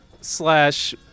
slash